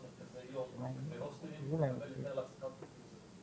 מרכזי יום בהוסטלים לקבל היתר להעסקת עובדים זרים.